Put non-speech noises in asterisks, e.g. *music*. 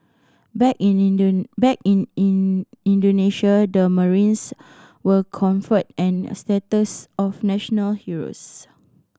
back in *unintelligible* back in in Indonesia the marines were conferred and status of national heroes